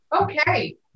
Okay